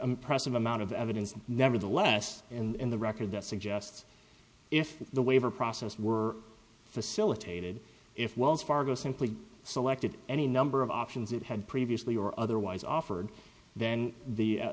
present amount of evidence nevertheless and the record that suggests if the waiver process were facilitated if wells fargo simply selected any number of options that had previously or otherwise offered then the